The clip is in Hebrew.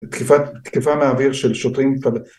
תקיפה מהאוויר של שוטרים